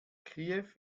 kiew